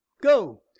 go